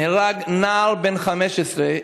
נהרג נער בן 15,